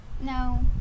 No